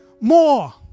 more